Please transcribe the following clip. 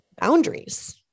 boundaries